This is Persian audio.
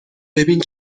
ببین